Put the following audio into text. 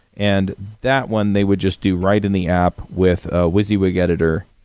and that, when they would just do write in the app with a wysiwyg editor,